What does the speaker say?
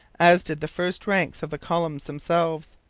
as did the first ranks of the columns themselves.